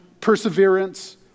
perseverance